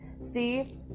see